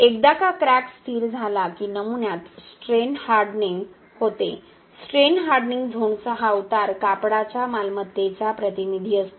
एकदा का क्रॅक स्थिर झाला की नमुन्यात स्ट्रेन हार्डनिंग होते स्ट्रेन हार्डनिंग झोनचा हा उतार कापडाच्या मालमत्तेचा प्रतिनिधी असतो